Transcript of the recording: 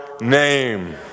name